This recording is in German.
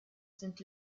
sind